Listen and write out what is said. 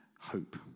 hope